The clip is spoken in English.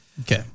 Okay